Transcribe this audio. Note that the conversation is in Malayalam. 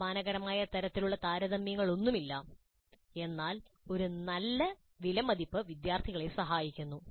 അപമാനകരമായ തരത്തിലുള്ള താരതമ്യങ്ങളൊന്നുമില്ല എന്നാൽ ഒരു നല്ല വിലമതിപ്പ് വിദ്യാർത്ഥികളെ സഹായിക്കുന്നു